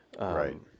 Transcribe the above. Right